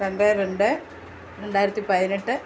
രണ്ട് രണ്ട് രണ്ടായിരത്തി പതിനെട്ട്